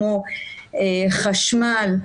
כמו חשמל,